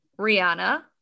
Rihanna